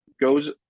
goes